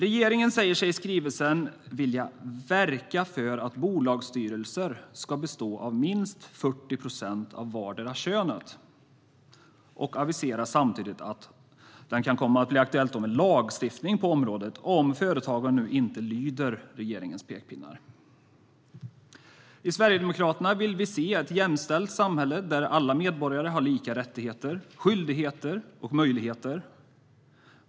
Regeringen säger sig i skrivelsen vilja verka för att bolagsstyrelser ska bestå av minst 40 procent av vartdera könet och aviserar samtidigt att det kan komma att bli aktuellt med lagstiftning på området om företagen inte lyder regeringens pekpinnar. Vi i Sverigedemokraterna vill se ett jämställt samhälle där alla medborgare har lika rättigheter, skyldigheter och möjligheter.